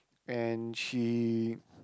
and she